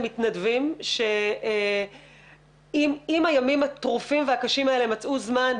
למתנדבים שעם הימים הטרופים והקשים האלה מצאו זמן,